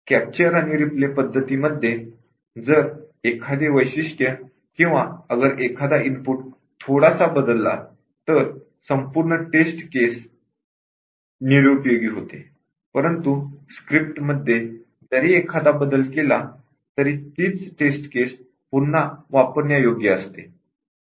"capture आणि replay" पद्धतीमध्ये जर एखादे वैशिष्ट्य किंवा अगर एखादा इनपुट थोडासा बदलला तर संपूर्ण टेस्ट केस निरुपयोगी होते परंतु स्क्रिप्ट मध्ये जरी एखादा बदल केला तरी तीच टेस्ट केस पुन्हा वापरण्यायोग्य असते